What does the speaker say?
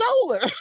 solar